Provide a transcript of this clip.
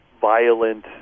violent